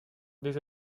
des